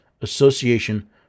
Association